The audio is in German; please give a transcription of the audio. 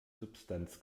substanz